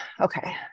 Okay